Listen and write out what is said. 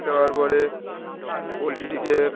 দেওয়ার পরে পোলট্রিটিকে